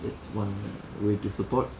it's one way to support